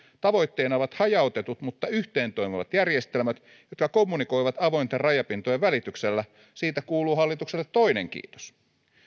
tavoitteena ovat hajautetut mutta yhteen toimivat järjestelmät jotka kommunikoivat avointen rajapintojen välityksellä siitä kuuluu hallitukselle toinen kiitos